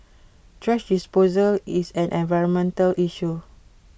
thrash disposal is an environmental issue